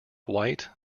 white